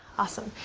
awesome.